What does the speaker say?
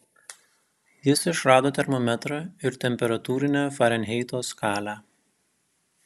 jis išrado termometrą ir temperatūrinę farenheito skalę